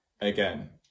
Again